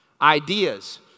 ideas